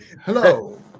Hello